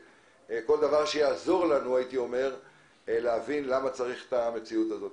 כל דבר שיעזור לנו להבין למה צריך את המציאות הזאת.